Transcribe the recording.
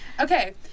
okay